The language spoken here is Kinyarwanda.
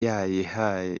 yayihaye